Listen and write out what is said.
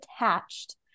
attached